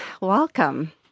welcome